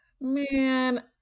Man